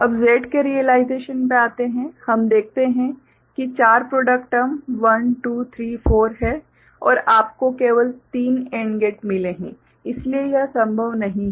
अब Z के realisation पे आते है हम देखते हैं कि चार प्रॉडक्ट टर्म 1 2 3 4 हैं और आपको केवल तीन AND गेट मिले हैं इसलिए यह संभव नहीं है